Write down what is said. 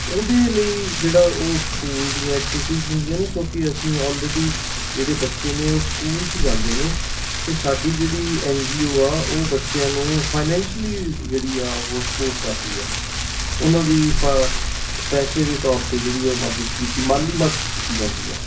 ਉਹਦੇ ਲਈ ਜਿਹੜਾ ਉਹ ਸਕੂਲ ਦੀਆਂ ਐਟੀਵੀਟਿਸ ਹੁੰਦੀਆਂ ਨੇ ਕਿਉਂਕਿ ਅਸੀਂ ਆਲਰੇਡੀ ਜਿਹੜੇ ਬੱਚੇ ਨੇ ਉਹ ਸਕੂਲ 'ਚ ਜਾਂਦੇ ਨੇ ਤੇ ਸਾਡੀ ਜਿਹੜੀ ਐਨਜੀਓ ਆ ਉਹ ਬੱਚਿਆਂ ਨੂੰ ਫਾਈਨੈਂਸ਼ੀਅਲੀ ਜਿਹੜੀ ਆ ਉਹ ਸਪੋਰਟ ਕਰਦੀ ਆ ਉਹਨਾਂ ਦੀ ਪ ਪੈਸੇ ਦੇ ਤੌਰ 'ਤੇ ਜਿਹੜੀ ਉਹ ਮਦਦ ਕੀਤੀ ਮਾਲੀ ਮਦਦ ਕੀਤੀ ਜਾਂਦੀ ਆ